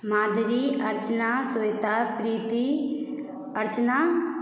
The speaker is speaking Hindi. माधवी अर्चना सुनीता प्रीति अर्चना